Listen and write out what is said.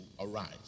arise